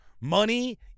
money